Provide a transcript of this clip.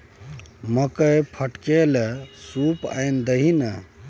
मकई फटकै लए सूप आनि दही ने